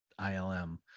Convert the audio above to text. ilm